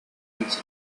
into